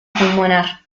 pulmonar